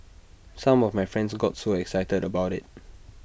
some of my friends got so excited about IT